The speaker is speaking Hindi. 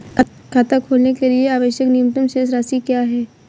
खाता खोलने के लिए आवश्यक न्यूनतम शेष राशि क्या है?